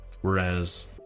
whereas